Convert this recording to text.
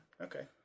Okay